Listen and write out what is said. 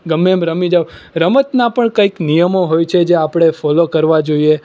ગમે એમ રમી જાઓ રમતના પણ કંઈક નિયમો હોય છે જે આપણે ફોલો કરવા જોઈએ